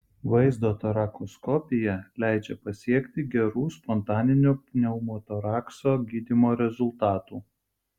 vaizdo torakoskopija leidžia pasiekti gerų spontaninio pneumotorakso gydymo rezultatų